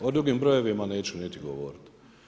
O drugim brojevima neću niti govoriti.